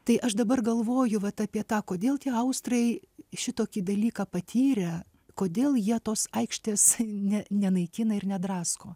tai aš dabar galvoju vat apie tą kodėl tie austrai šitokį dalyką patyrę kodėl jie tos aikštės ne nenaikina ir nedrasko